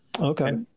Okay